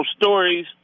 stories